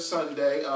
Sunday